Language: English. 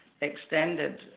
extended